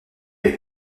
avec